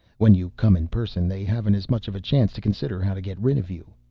when you come in person they haven't as much of a chance to consider how to get rid of you.